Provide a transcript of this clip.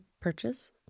purchase